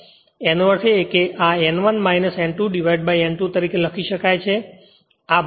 તેનો અર્થ એ કે આ N1 N2 divided by N2 તરીકે લખી શકાય છે